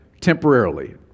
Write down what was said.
temporarily